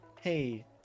hey